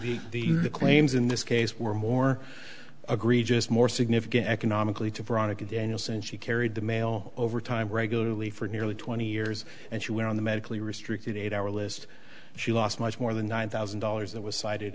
the the the claims in this case were more agree just more significant economically to veronica daniels and she carried the mail over time regularly for nearly twenty years and she went on the medically restricted eight hour list she lost much more than nine thousand dollars that was cited